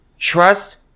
Trust